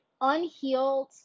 unhealed